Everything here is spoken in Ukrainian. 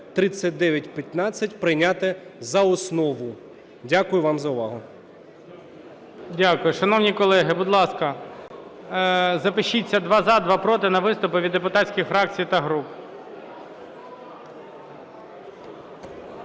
Дякую. Шановні колеги, будь ласка, запишіться: два – за, два – проти на виступи від депутатських фракцій та груп.